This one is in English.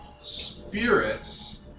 spirits